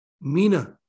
mina